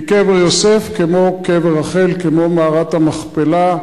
כי קבר יוסף, כמו קבר רחל, כמו מערת המכפלה,